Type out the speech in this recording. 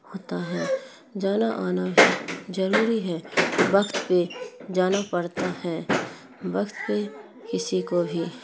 ہوتا ہے جانا آنا ضروری ہے وقت پہ جانا پرتا ہے وقت پہ کسی کو بھی